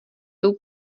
tou